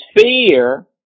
fear